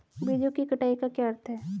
बीजों की कटाई का क्या अर्थ है?